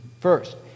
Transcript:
First